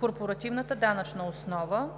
корпоративната данъчна основа